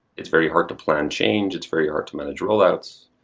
it's very hard to plan change. it's very hard to manage rollouts,